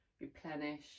replenish